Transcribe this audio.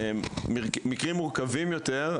מקרים מורכבים יותר,